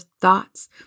thoughts